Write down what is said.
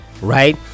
Right